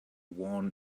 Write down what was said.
worn